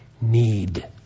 need